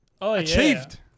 achieved